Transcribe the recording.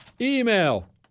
Email